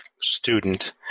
student